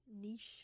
niche